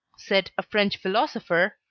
said a french philosopher,